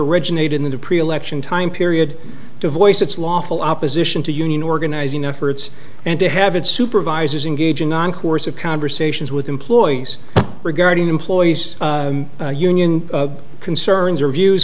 originate in the pre election time period to voice its lawful opposition to union organizing efforts and to have its supervisors engaging on course of conversations with employees regarding employees union concerns or views